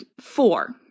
four